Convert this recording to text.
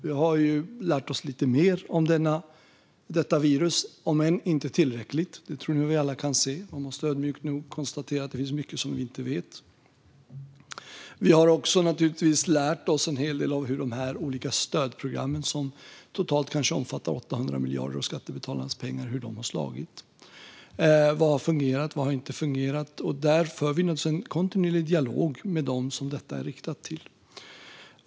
Vi har lärt oss lite mer om detta virus, om än inte tillräckligt, vilket jag tror att vi alla kan se. Man måste vara ödmjuk och konstatera att det finns mycket som vi inte vet. Vi har också naturligtvis lärt oss en hel del om hur de olika stödprogrammen, som totalt kanske omfattar 800 miljarder av skattebetalarnas pengar, har slagit. Vad har fungerat? Vad har inte fungerat? Där för vi naturligtvis en kontinuerlig dialog med dem som detta är riktat till.